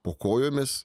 po kojomis